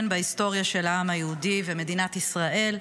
בהיסטוריה של העם היהודי ומדינת ישראל,